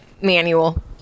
manual